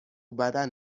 بدن